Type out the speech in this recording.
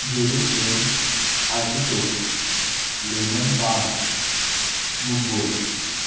Jerusalem artichoke lemon balm mugwort